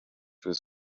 was